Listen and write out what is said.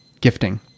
gifting